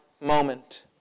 moment